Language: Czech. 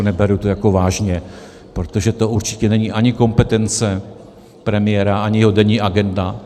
Neberu to vážně, protože to určitě není ani kompetence premiéra, ani jeho denní agenda.